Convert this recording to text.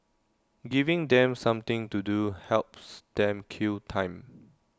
giving them something to do helps them kill time